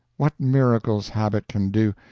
what miracles habit can do!